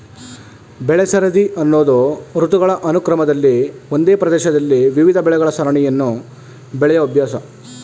ಬೆಳೆಸರದಿ ಅನ್ನೋದು ಋತುಗಳ ಅನುಕ್ರಮದಲ್ಲಿ ಒಂದೇ ಪ್ರದೇಶದಲ್ಲಿ ವಿವಿಧ ಬೆಳೆಗಳ ಸರಣಿಯನ್ನು ಬೆಳೆಯೋ ಅಭ್ಯಾಸ